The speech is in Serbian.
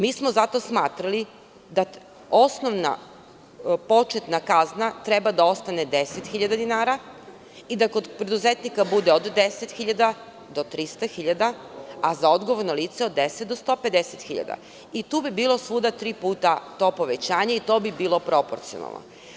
Mi smo zato smatrali da osnovna početna kazna treba da ostane 10.000 dinara i da kod preduzetnika bude od 10.000 do 300.000, a za odgovorno lice od 10.000 do 150.000, i tu bi bilu svuda tri puta to povećanje, i to bi bilo poporcionalno.